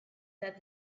that